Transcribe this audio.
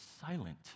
silent